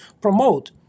promote